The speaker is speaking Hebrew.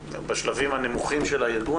בתעסוקה בשלבים הנמוכים של הארגון,